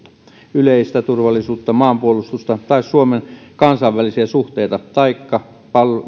yleistä turvallisuutta maanpuolustusta tai suomen kansainvälisiä suhteita taikka